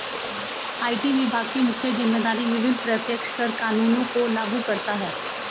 IT विभाग की मुख्य जिम्मेदारी विभिन्न प्रत्यक्ष कर कानूनों को लागू करता है